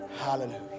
hallelujah